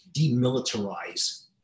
demilitarize